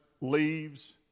leaves